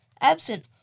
Absent